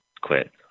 quit